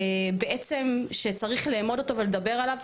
בעצם שצריך לאמוד אותו ולדבר עליו,